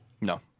No